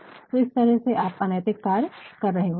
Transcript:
तो इस तरह से आप अनैतिक कार्य कर रहे होते है